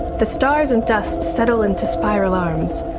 the stars and dust settle into spiral arms.